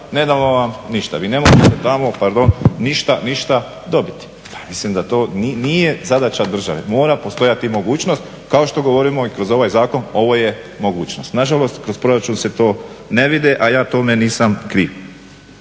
ne damo vam ništa, vi ne … tamo ništa dobiti. Mislim da to nije zadaća države, mora postojati mogućnost kao što govorimo i kroz ovaj zakon ovo je mogućnost. Nažalost kroz proračun se to ne vidi, a ja tome nisam kriv.